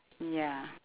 ya